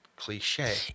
cliche